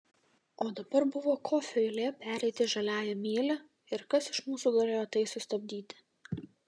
o dabar buvo kofio eilė pereiti žaliąja mylia ir kas iš mūsų galėjo tai sustabdyti